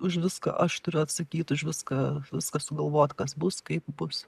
už viską aš turiu atsakyt už viską viską sugalvot kas bus kaip bus